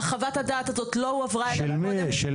אך חוות הדעת הזאת לא הועברה אלינו קודם לישיבה.